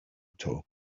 eto